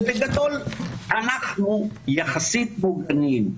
ובגדול אנחנו יחסית פוגעניים.